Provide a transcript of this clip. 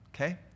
Okay